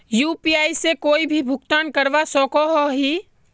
UPI से कोई भी भुगतान करवा सकोहो ही?